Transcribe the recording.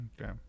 Okay